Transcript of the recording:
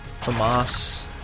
Famas